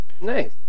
Nice